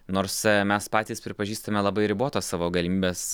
nors mes patys pripažįstame labai ribotas savo galimybes